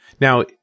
Now